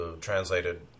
translated